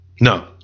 No